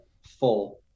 full